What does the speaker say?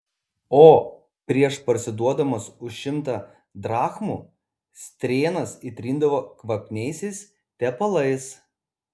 o prieš parsiduodamos už šimtą drachmų strėnas įtrindavo kvapniaisiais tepalais